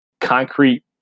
concrete –